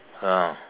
ya